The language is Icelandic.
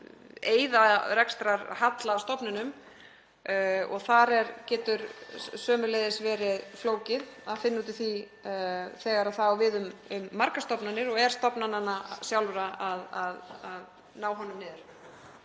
eyða rekstrarhalla á stofnunum og þar getur sömuleiðis verið flókið að finna út úr því þegar það á við um margar stofnanir og er stofnananna sjálfra að ná honum niður.